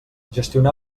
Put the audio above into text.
gestionar